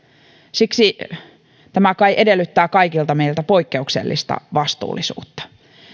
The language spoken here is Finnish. siksi tämä kai edellyttää kaikilta meiltä poikkeuksellista vastuullisuutta